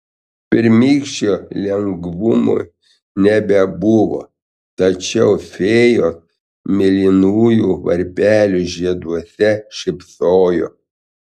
pirmykščio lengvumo nebebuvo tačiau fėjos mėlynųjų varpelių žieduose šypsojo